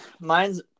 mine's